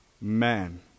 man